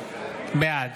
בעד